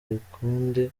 gikundi